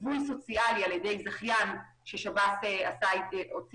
ליווי סוציאלי על ידי זכיין שזכה במכרז,